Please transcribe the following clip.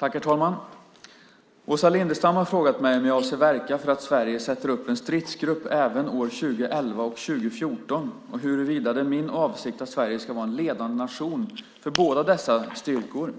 Herr talman! Åsa Lindestam har frågat mig om jag avser att verka för att Sverige sätter upp en stridsgrupp även år 2011 och år 2014 och huruvida det är min avsikt att Sverige ska vara en ledande nation för båda dessa styrkor.